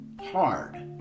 hard